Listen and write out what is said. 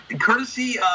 courtesy